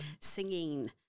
singing